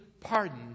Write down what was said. pardon